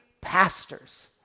pastors